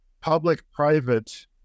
public-private